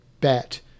bet